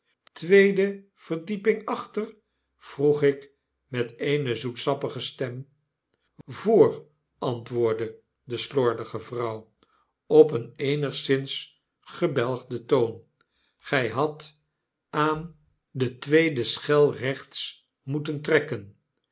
tweede verdieping achter vroeg ik met eene zoetsappige stem voor antwoordde de slordige vrouw op een eenigszins gebelgden toon gy hadt aan de tweede schel recnts moeten trekken